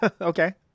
Okay